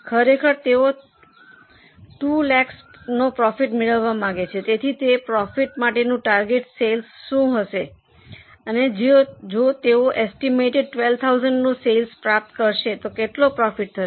ખરેખર તેઓ 2 લાખનો પ્રોફિટ મેળવવા માગે છે તેથી તે પ્રોફિટ માટેનું ટાર્ગેટ સેલ્સ શું હશે અને જો તેઓ એસ્ટિમેટેડ 12000 નું સેલ્સ પ્રાપ્ત કરશે તો કેટલો પ્રોફિટ થશે